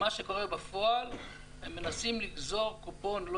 מה שקורה בפועל זה שהן מנסות לגזור קופון לא